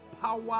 power